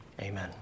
Amen